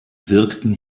wirkten